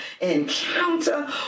encounter